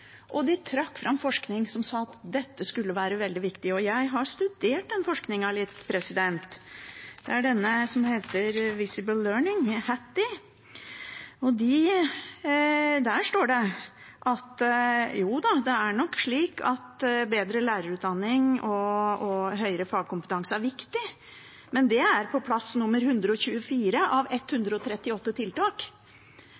og de trakk fram forskning som sa at dette skulle være veldig viktig. Jeg har studert den forskningen litt, det er den som heter Visible learning, av Hattie. Der står det at jo da, det er nok slik at bedre lærerutdanning og høyere fagkompetanse er viktig, men det er på plass nummer 124 av